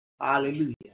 Hallelujah